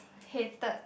hated